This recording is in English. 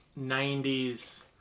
90s